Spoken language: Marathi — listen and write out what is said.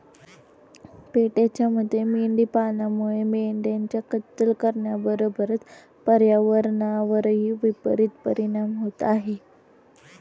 पेटाच्या मते मेंढी पालनामुळे मेंढ्यांची कत्तल करण्याबरोबरच पर्यावरणावरही विपरित परिणाम होत आहे